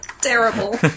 Terrible